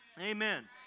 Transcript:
Amen